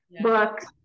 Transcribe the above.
books